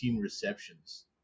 receptions